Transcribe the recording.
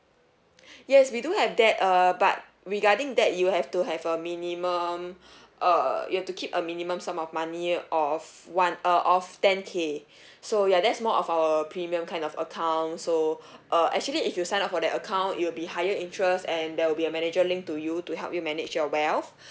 yes we do have that uh but regarding that you have to have a minimum uh you have to keep a minimum sum of money of one uh of ten K so ya that's more of our premium kind of account so uh actually if you sign up for that account it'll be higher interest and there will be a manager linked to you to help you manage your wealth